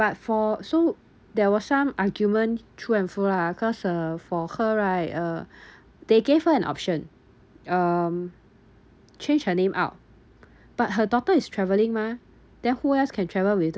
but for so there was some argument to and fro lah cause uh for her right uh they gave her an option um change her name out but her daughter is travelling mah then who else can travel with